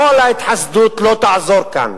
כל ההתחסדות לא תעזור כאן.